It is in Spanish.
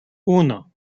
uno